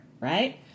right